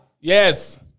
yes